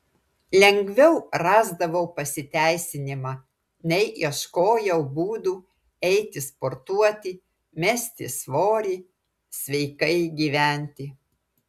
lengviau rasdavau pasiteisinimą nei ieškojau būdų eiti sportuoti mesti svorį sveikai gyventi